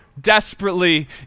desperately